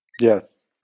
Yes